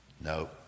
No